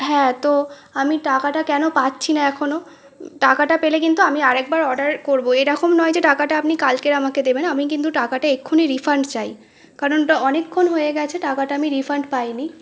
হ্যাঁ তো আমি টাকাটা কেন পাচ্ছি না এখনো টাকাটা পেলে কিন্তু আমি আর একবার অর্ডার করব এরকম নয় যে টাকাটা আপনি কালকে আমাকে দেবেন আমি কিন্তু টাকাটা এক্ষুনি রিফান্ড চাই কারণ ওটা অনেকক্ষণ হয়ে গিয়েছে টাকাটা আমি রিফান্ড পাইনি